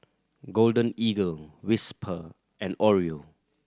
Golden Eagle Whisper and Oreo